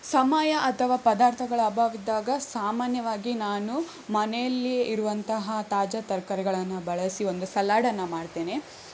ಸಮಯ ಅಥವಾ ಪದಾರ್ಥಗಳ ಅಭಾವ ಇದ್ದಾಗ ಸಾಮಾನ್ಯವಾಗಿ ನಾನು ಮನೆಯಲ್ಲಿಯೇ ಇರುವಂತಹ ತಾಜಾ ತರಕಾರಿಗಳನ್ನು ಬಳಸಿ ಒಂದು ಸಲಾಡನ್ನು ಮಾಡ್ತೇನೆ